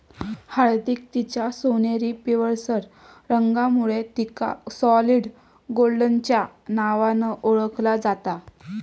हळदीक तिच्या सोनेरी पिवळसर रंगामुळे तिका सॉलिड गोल्डच्या नावान ओळखला जाता